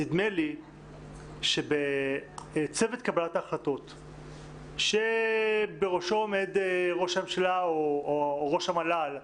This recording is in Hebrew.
נדמה לי שבצוות קבלת ההחלטות שבראשו עומד ראש הממשלה או ראש המל"ל,